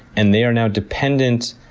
and they are now dependent,